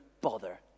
bother